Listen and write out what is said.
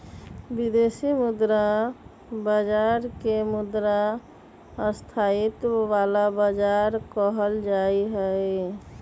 विदेशी मुद्रा बाजार के मुद्रा स्थायित्व वाला बाजार कहल जाहई